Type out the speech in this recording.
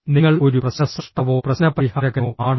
നിങ്ങൾ ഒരു പ്രശ്ന സ്രഷ്ടാവോ പ്രശ്നപരിഹാരകനോ ആണോ